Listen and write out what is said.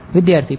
વિદ્યાર્થી પણ